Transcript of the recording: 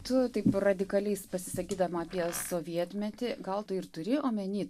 tu taip radikaliais pasisakydama apie sovietmetį gal tu ir turi omeny